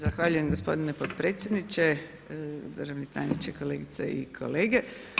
Zahvaljujem gospodine potpredsjedniče, državni tajniče, kolegice i kolege.